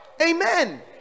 Amen